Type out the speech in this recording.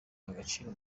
agaciro